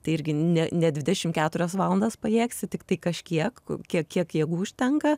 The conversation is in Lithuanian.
tai irgi ne ne dvidešimt keturias valandas pajėgsi tiktai kažkiek kiek kiek jėgų užtenka